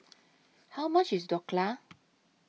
How much IS Dhokla